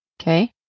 Okay